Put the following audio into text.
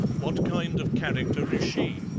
what kind of character is she?